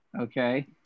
Okay